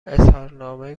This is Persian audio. اظهارنامه